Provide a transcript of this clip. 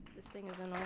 this thing is annoying.